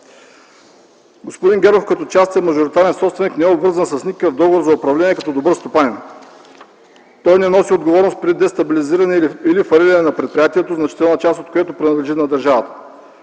Господин Гергов като частен мажоритарен собственик не е обвързан с никакъв договор за управление като добър стопанин. Той не носи отговорност при дестабилизиране или фалиране на предприятието, значителна част от което принадлежи на държавата.